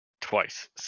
twice